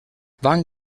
van